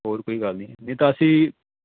ਹੋਰ ਕੋਈ ਗੱਲ ਨਹੀਂ ਨਹੀਂ ਤਾਂ ਅਸੀਂ